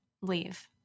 leave